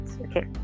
okay